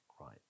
Right